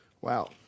Wow